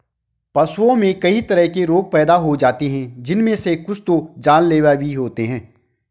पशुओं में कई तरह के रोग पैदा हो जाते हैं जिनमे से कुछ तो जानलेवा भी होते हैं